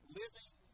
living